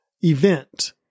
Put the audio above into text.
event